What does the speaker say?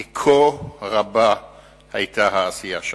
כי כה רבה היתה העשייה שלך.